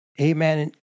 Amen